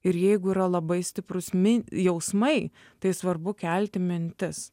ir jeigu yra labai stiprūs mi jausmai tai svarbu kelti mintis